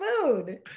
food